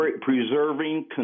preserving